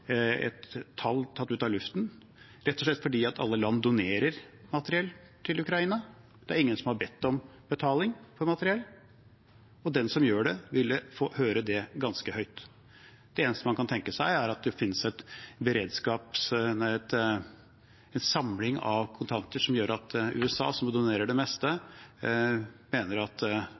et tall tatt ut av luften, rett og slett fordi alle land donerer materiell til Ukraina. Det er ingen som har bedt om betaling for materiell. Den som gjør det, ville fått høre det ganske høyt. Det eneste man kan tenke seg, er at det finnes en samling av kontanter dersom USA, som donerer det meste, mener de bør kompenseres for dette på et eller annet økonomisk vis. Men per i dag er det